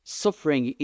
suffering